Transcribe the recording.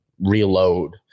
reload